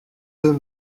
deux